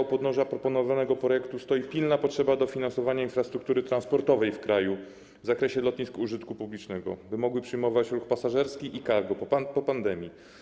U podnóża proponowanego projektu legła, stoi pilna potrzeba dofinansowania infrastruktury transportowej w kraju w zakresie lotnisk użytku publicznego, tak by mogły przyjmować ruch pasażerski i cargo po pandemii.